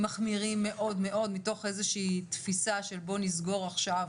מחמירים מאוד מאוד מתוך איזושהי תפיסה של בוא נסגור עכשיו